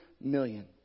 million